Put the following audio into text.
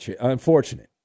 Unfortunate